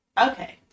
Okay